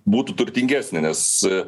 būtų turtingesnės nes